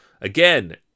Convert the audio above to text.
Again